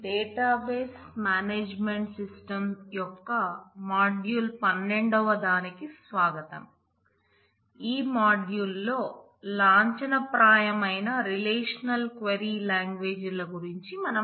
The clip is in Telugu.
డేటాబేస్ మేనేజ్ మెంట్ సిస్టమ్స్ ల గురించి మనం మాట్లాడతాం